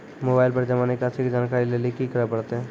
Mobile पर जमा निकासी के जानकरी लेली की करे परतै?